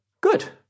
Good